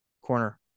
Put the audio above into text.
corner